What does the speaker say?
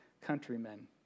countrymen